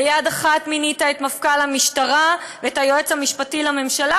ביד אחת מינית את מפכ"ל המשטרה ואת היועץ המשפטי לממשלה,